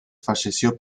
falleció